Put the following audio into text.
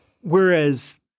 whereas